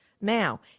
now